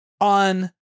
on